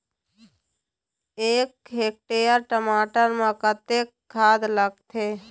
एक हेक्टेयर टमाटर म कतक खाद लागथे?